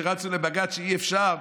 שרצו לבג"ץ שאי-אפשר,